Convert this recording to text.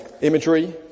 imagery